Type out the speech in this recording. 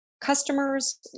Customers